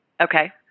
Okay